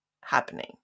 happening